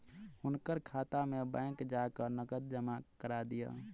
हुनकर खाता में बैंक जा कय नकद जमा करा दिअ